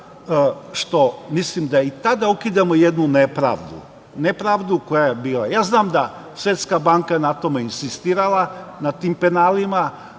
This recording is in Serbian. što mislim da i tada ukidamo jednu nepravdu, nepravdu koja je bila. Znam da je Svetska banka na tome insistirala, na tim penalima,